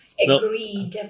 agreed